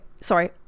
sorry